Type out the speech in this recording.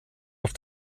auf